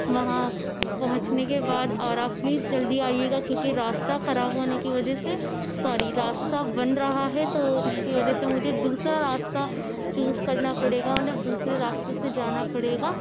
وہاں پہنچنے کے بعد اور آپ پلیز جلدی آئیے گا کیونکہ راستہ خراب ہونے کی وجہ سے سوری راستہ بن رہا ہے تو اِس کی وجہ سے مجھے دوسرا راستہ چوز کرنا پڑے گا مطلب دوسرے راستے سے جانا پڑے گا